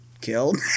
Killed